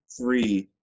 three